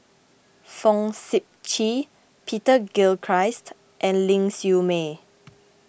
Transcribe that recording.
Fong Sip Chee Peter Gilchrist and Ling Siew May